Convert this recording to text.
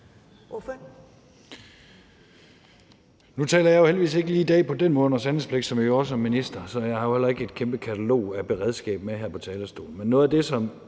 (V): Nu taler jeg jo heldigvis ikke lige i dag på den måde under sandhedspligt, som en minister gør, så jeg har jo heller ikke et kæmpe katalog af beredskab med her på talerstolen.